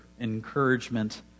encouragement